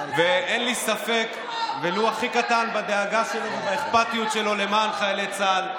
ואין לי ספק ולו הכי קטן בדאגה שלו ובאכפתיות שלו למען חיילי צה"ל.